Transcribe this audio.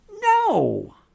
No